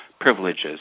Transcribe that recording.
privileges